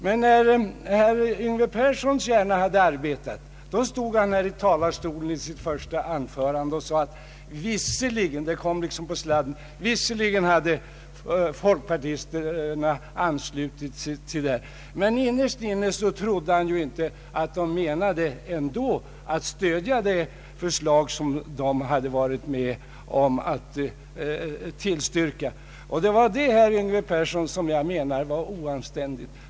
Men när herr Yngve Perssons hjärna hade arbetat, stod han i talarstolen och sade i sitt första anförande att folkpartisterna visserligen — det kom liksom på sladden — anslutit sig till förslaget men att han innerst inne trodde att de ändå inte menade att stödja det förslag som de hade tillstyrkt. Det var detta, herr Yngve Persson, som var oanständigt.